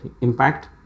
impact